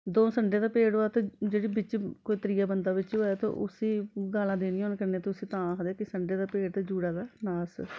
द'ऊं संडें दा भेड़ होऐ ते जेह्ड़ी बिच्च कोई त्रिआ बंदा बिच्च होऐ ते उस्सी गालां देनियां होन कन्नै उस्सी तां आखदे संड़े दा भेड़ ते जूड़ै दा नास